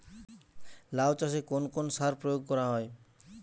লাউ চাষে কোন কোন সার প্রয়োগ করা হয়?